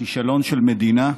כישלון של מדינה,